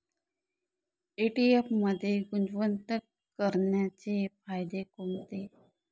ETF मध्ये गुंतवणूक करण्याचे फायदे कोणते?